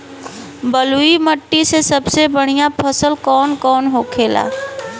बलुई मिट्टी में सबसे बढ़ियां फसल कौन कौन होखेला?